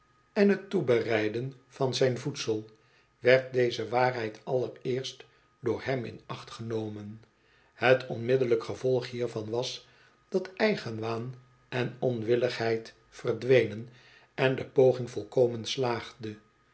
en t toebereiden van zijn voedsel werd deze waarheid allereerst door hem in acht genomen het onmiddellijk gevolg hiervan was dat eigenwaan en onwilligheid verdwenen en de poging volkomen slaagde